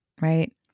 right